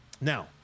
Now